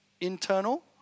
internal